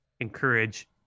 Encourage